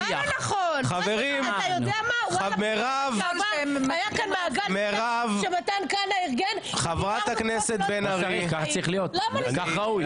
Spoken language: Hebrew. היה כאן מאבק שמתן כהנא ארגן --- כך ראוי.